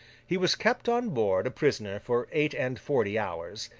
he was kept on board, a prisoner, for eight-and-forty hours,